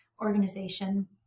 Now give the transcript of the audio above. organization